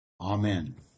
Amen